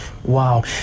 wow